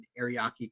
ariaki